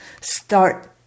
start